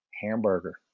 hamburger